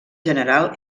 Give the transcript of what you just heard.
general